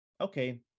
Okay